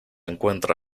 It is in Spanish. encuentra